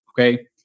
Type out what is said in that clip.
Okay